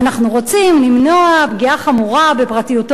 אנחנו רוצים למנוע פגיעה חמורה בפרטיותו של